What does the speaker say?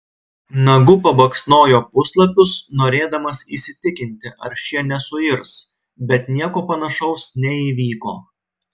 nagu pabaksnojo puslapius norėdamas įsitikinti ar šie nesuirs bet nieko panašaus neįvyko